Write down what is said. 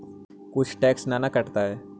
कुछ टैक्स ना न कटतइ?